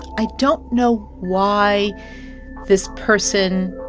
i don't know why this person